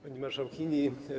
Pani Marszałkini!